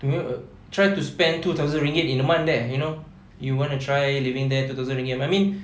you know try to spend two thousand ringgit in a month there you know you wanna try living there two thousand ringgit I mean